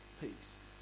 peace